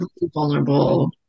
vulnerable